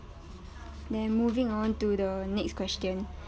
then moving on to the next question